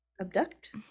Abduct